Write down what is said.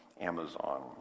Amazon